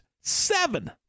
seven